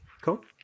Cool